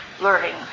learning